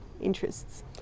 interests